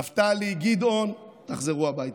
נפתלי, גדעון, תחזרו הביתה.